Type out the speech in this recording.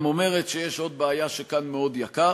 את גם אומרת שיש עוד בעיה, שכאן מאוד יקר.